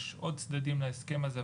יש עוד צדדים להסכם הזה,